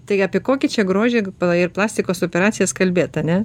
tai apie kokį čia grožį pla ir plastikos operacijas kalbėti ar ne